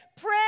pray